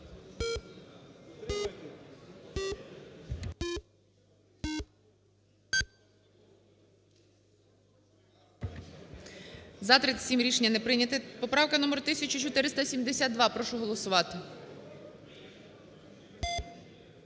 За-37 Рішення не прийняте. Поправка номер 1472. Прошу голосувати.